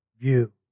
view